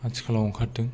आथिखालाव ओंखारदों